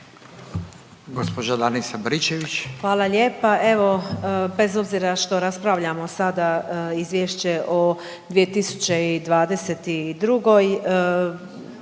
Hvala.